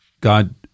God